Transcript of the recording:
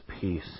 peace